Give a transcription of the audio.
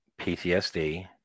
PTSD